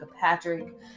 patrick